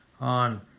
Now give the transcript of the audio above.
on